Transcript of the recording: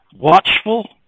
watchful